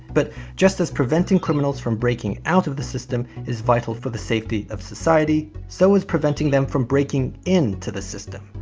but just as preventing criminals from breaking out of the system is vital for the safety of society, so is preventing them from breaking into the system,